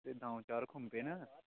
ते दौं चार खुम्बे न